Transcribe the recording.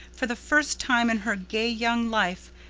for the first time in her gay young life,